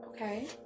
Okay